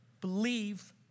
Believe